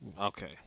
Okay